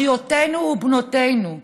אחיותינו ובנותינו,